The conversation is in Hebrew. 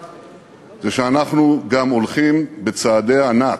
שאנחנו גם הולכים בצעדי ענק,